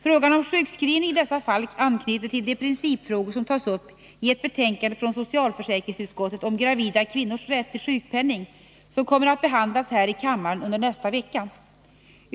Frågan om sjukskrivning i dessa fall anknyter till de principfrågor som tas uppi ett betänkande från socialförsäkringsutskottet om gravida kvinnors rätt till sjukpenning, som kommer att behandlas här i kammaren under nästa vecka.